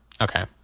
okay